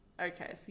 Okay